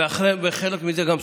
וחלק מהם גם סוגרים.